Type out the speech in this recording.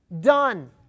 Done